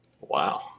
Wow